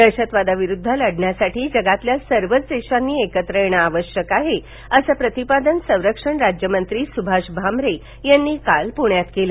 दहशतवादाविरूद्ध लढण्यासाठी जगातील सर्वच देशांनी एकत्र येणं आवश्यक आहे असं प्रतिपादन संरक्षण राज्यमंत्री सूभाष भामरे यांनी काल पुण्यात केलं